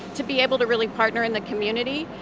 to be able to really partner in the community.